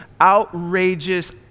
outrageous